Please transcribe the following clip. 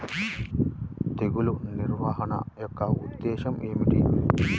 తెగులు నిర్వహణ యొక్క ఉద్దేశం ఏమిటి?